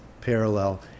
parallel